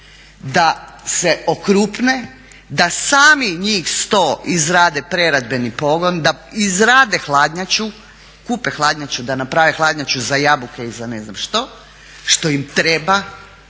da se okrupne, da samih njih 100 izrade preradbeni pogon, da izrade hladnjaču, kupe hladnjaču, da naprave hladnjaču za jabuke i za ne znam što što im treba,